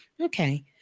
Okay